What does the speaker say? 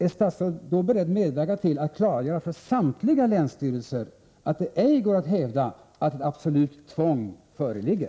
Är statsrådet vidare beredd att medverka till att klargöra för samtliga länsstyrelser att det ej går att hävda att ett absolut tvång föreligger?